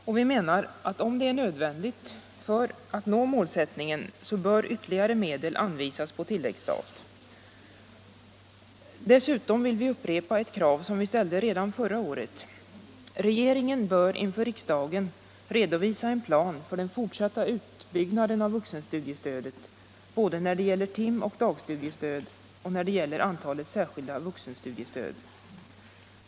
Och vi menar att om det är nödvändigt för att man skall nå målsättningen, bör ytterligare medel anvisas på tilläggsstat. Dessutom vill vi upprepa ett krav som vi ställde redan förra året. Regeringen bör inför riksdagen redovisa en plan för den fortsatta utbyggnaden av vuxenstudiestödet, såväl när det gäller timoch dagstudiestöd som när det gäller antalet särskilda vuxenstudiestöd.